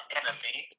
enemy